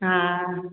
हा